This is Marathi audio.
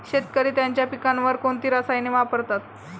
शेतकरी त्यांच्या पिकांवर कोणती रसायने वापरतात?